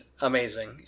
amazing